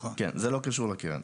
כן, זה לא קשור לקרן.